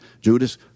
Judas